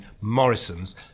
Morrison's